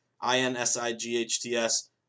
I-N-S-I-G-H-T-S